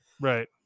Right